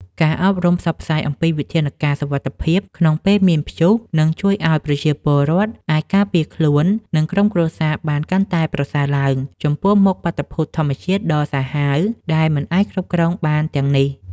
ការអប់រំផ្សព្វផ្សាយអំពីវិធានការសុវត្ថិភាពក្នុងពេលមានព្យុះ នឹងជួយឱ្យប្រជាពលរដ្ឋអាចការពារខ្លួន និងក្រុមគ្រួសារបានកាន់តែប្រសើរឡើង ចំពោះមុខបាតុភូតធម្មជាតិដ៏សាហាវដែលមិនអាចគ្រប់គ្រងបានទាំងនេះ។